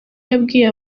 yabwiye